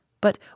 but